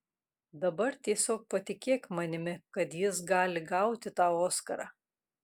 dabar tiesiog patikėk manimi kad jis gali gauti tau oskarą